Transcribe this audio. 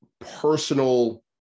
personal